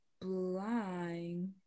blind